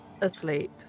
asleep